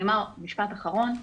אני אומר משפט אחרון.